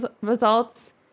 results